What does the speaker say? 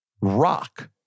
rock